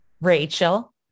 Rachel